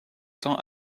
tend